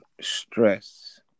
stress